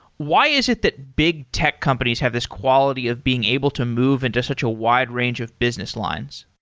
why is it that big tech companies have this quality of being able to move into such a wide range of business lines?